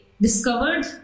discovered